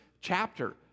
chapter